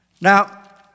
Now